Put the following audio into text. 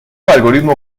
algoritmo